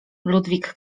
ludwig